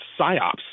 psyops